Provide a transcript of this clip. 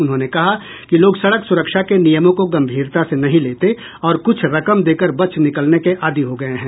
उन्होंने कहा कि लोग सड़क सुरक्षा के नियमों को गंभीरता से नहीं लेते और कुछ रकम देकर बच निकलने के आदी हो गए हैं